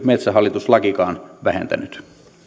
metsähallitus lakikaan vähentänyt